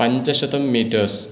पञ्चशतं मीटर्स्